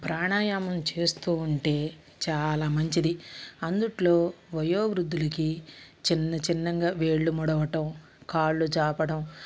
ప్రాణాయామం చేస్తూ ఉంటే చాలా మంచిది అందుట్లో వయోవృద్ధులికి చిన్నచిన్నంగా వేళ్ళు ముడవటం కాళ్లు చాపటం